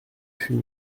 fut